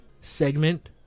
segment